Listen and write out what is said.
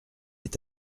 est